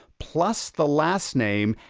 plus the last name,